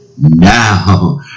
Now